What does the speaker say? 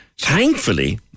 Thankfully